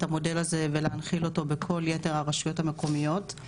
המודל הזה ולהנחיל אותו בכל יתר הרשויות המקומיות.